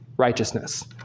righteousness